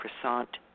croissant